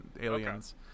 aliens